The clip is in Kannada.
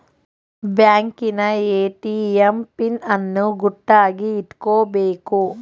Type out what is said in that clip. ಬ್ಯಾಂಕಿನ ಎ.ಟಿ.ಎಂ ಪಿನ್ ಅನ್ನು ಗುಟ್ಟಾಗಿ ಇಟ್ಕೊಬೇಕು